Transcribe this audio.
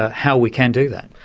how we can do that.